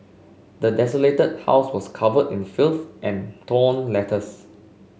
the desolated house was covered in filth and torn letters